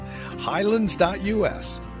highlands.us